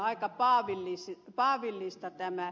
aika paavillinen tämä ed